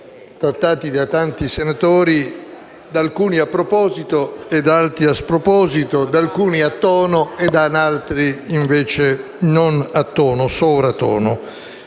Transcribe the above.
trattati da tanti senatori; da alcuni a proposito e da altri a sproposito, da alcuni a tono e da altri invece sovratono.